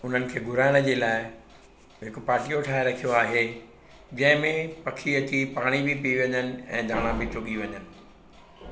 उन्हनि खे घुराइण जे लाइ हिकु पासो ठाहे रखियो आहे पखी अची पाणी बि पी वञनि ऐं दाणा बि चुगी वञनि